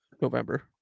November